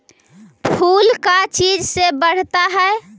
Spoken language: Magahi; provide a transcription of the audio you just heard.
फूल का चीज से बढ़ता है?